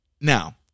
Now